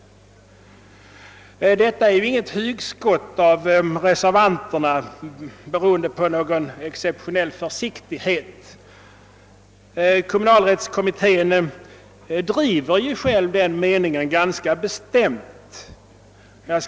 | Detta är inte något hugskott av oss reservanter, beroende på någon exceptionell försiktighet. Kommunalrättskommittén driver själv ganska bestämt den mening vi gjort oss till talesmän för.